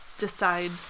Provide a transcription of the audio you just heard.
decide